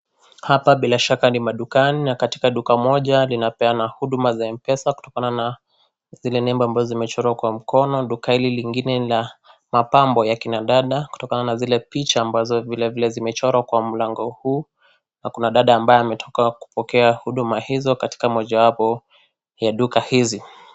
Hapa bila shaka ni madukani na katika duka moja linapeana huduma za Mpesa kutokana na zile nembo ambazo zimechorwa kwa mkono. Duka hili lingine ni la mapambo ya kina dada kutokana na zile picha ambazo zimechorwa kwa mlango huu na kuna dada ambaye ametoka kupokea huduma hizo katika moja wapo ya duka hizi.